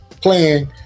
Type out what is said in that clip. playing